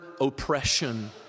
oppression